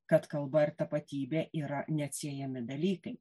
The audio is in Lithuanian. kad kalba ir tapatybė yra neatsiejami dalykai